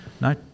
No